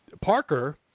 Parker